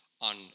on